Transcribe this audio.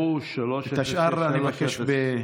נותרו, את השאר אני מבקש בכתב.